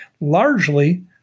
Largely